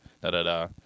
Da-da-da